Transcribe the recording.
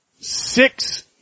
six